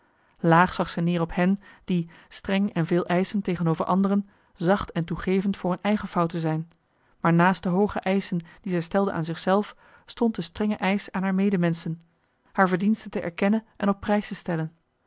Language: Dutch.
zag zij neer op hen die streng en veeleischend tegenover anderen zacht en toegevend voor hun eigen fouten zijn maar naast de hooge eischen die zij stelde aan zich zelf stond de strenge eisch aan haar medemenschen haar verdienste te erkenne en op prijs te stellen